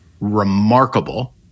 remarkable